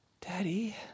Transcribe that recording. Daddy